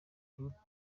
kurutera